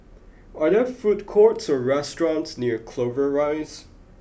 are there food courts or restaurants near Clover Rise